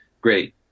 great